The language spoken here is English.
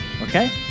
Okay